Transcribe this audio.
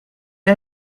est